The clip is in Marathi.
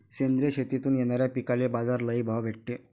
सेंद्रिय शेतीतून येनाऱ्या पिकांले बाजार लई भाव भेटते